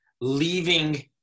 leaving